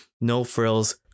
no-frills